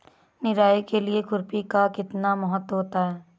निराई के लिए खुरपी का कितना महत्व होता है?